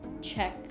check